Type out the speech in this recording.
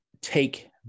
take